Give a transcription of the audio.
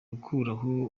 gukuraho